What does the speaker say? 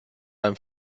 einem